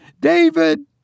David